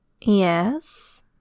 Yes